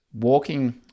walking